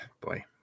boy